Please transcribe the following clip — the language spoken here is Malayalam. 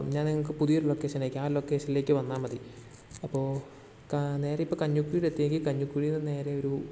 ഞാൻ നിങ്ങൾക്ക് പുതിയൊരു ലൊക്കേഷൻ അയയ്ക്കാം ആ ലൊക്കേഷനിലേക്ക് വന്നാൽ മതി അപ്പോൾ കാ നേരെ ഇപ്പം കഞ്ഞിക്കുഴിയിൽ എത്തിയെങ്കിൽ കഞ്ഞിക്കുഴിയിൽ നിന്ന് നേരെ ഒരു